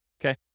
Okay